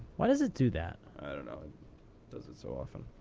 why does it do that? i don't know. it does it so often.